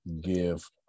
give